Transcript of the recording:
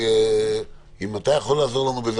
אם תוכל לעזור לנו,